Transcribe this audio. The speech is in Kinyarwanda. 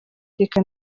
reka